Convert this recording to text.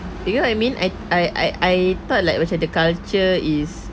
you know what you mean I I I I thought like macam the culture is